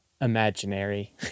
imaginary